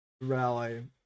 rally